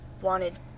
wanted